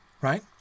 right